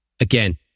Again